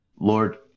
Lord